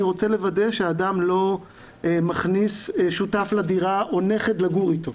אני רוצה לוודא שאדם לא מכניס שותף לדירה או נכד לגור איתו.